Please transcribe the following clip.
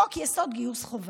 חוק-יסוד: גיוס חובה.